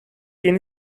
yeni